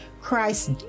Christ